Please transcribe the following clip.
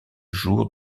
jours